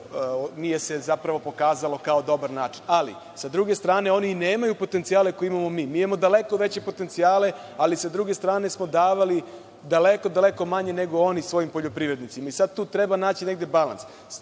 to se nije pokazalo kao dobar način. Ali, sa druge strane oni nemaju potencijale koje imamo mi, mi imamo daleko veće potencijale, ali sa druge strane smo davali daleko, daleko manje nego oni svojim poljoprivrednicima. I, sada tu treba naći negde balans.